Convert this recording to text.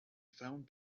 found